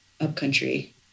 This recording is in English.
Upcountry